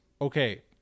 okay